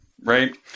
right